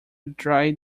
dry